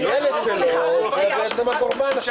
הילד שלו זה בעצם הקורבן עכשיו.